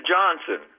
Johnson